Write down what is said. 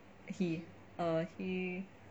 he err he